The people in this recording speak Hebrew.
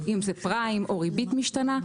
אם זה פריים או ריבית משתנה.